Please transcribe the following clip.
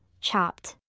chopped